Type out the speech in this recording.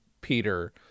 Peter